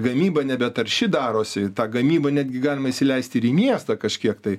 gamyba nebetarši darosi tą gamybą netgi galima įsileisti ir į miestą kažkiek tai